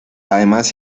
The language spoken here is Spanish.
además